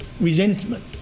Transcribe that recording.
resentment